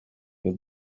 with